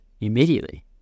immediately